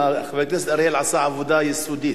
כי חבר הכנסת אריאל עשה עבודה יסודית.